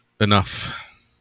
enough